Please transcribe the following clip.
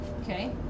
Okay